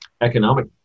economic